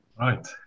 Right